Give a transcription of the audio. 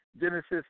Genesis